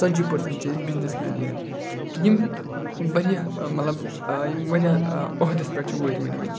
ژَتجی پٔرسَنٛٹ چھِ ییٚتہِ بِزنِس مینٕے یٲتۍ یِم واریاہ مطلب یِم واریاہ عہدَس پٮ۪ٹھ چھِ وٲتۍمٕتۍ وۄنۍ